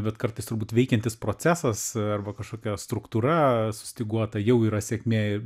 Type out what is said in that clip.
bet kartais turbūt veikiantis procesas arba kažkokia struktūra sustyguota jau yra sėkmė